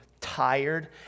tired